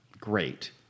great